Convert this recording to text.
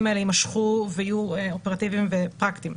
יימשכו ויהיו אופרטיביים ופרקטיים.